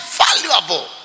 valuable